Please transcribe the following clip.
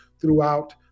throughout